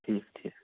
ٹھیٖک چھُ